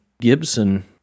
Gibson